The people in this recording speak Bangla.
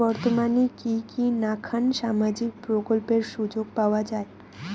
বর্তমানে কি কি নাখান সামাজিক প্রকল্পের সুযোগ পাওয়া যায়?